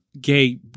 Gay